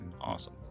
awesome